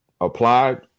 applied